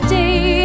day